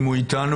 ברוך הבא.